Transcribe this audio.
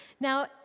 Now